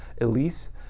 Elise